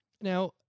Now